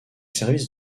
services